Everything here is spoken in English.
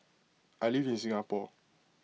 I live in Singapore